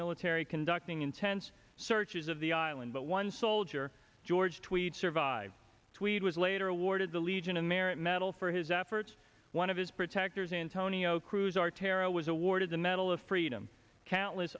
military conducting intense searches of the island but one soldier george tweed survived tweed was later awarded the legion american medal for his efforts one of his protectors antonio crews are tara was awarded the medal of freedom countless